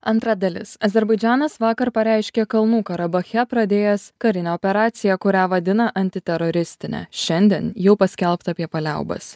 antra dalis azerbaidžanas vakar pareiškė kalnų karabache pradėjęs karinę operaciją kurią vadina antiteroristine šiandien jau paskelbta apie paliaubas